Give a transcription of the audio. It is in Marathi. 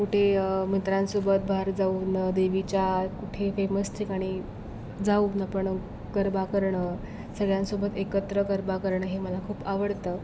कुठे मित्रांसोबत बाहेर जाऊन देवीच्या कुठे फेमस ठिकाणी जाऊन आपण गरबा करणं सगळ्यांसोबत एकत्र गरबा करणं हे मला खूप आवडतं